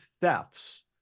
thefts